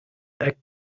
act